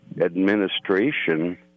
administration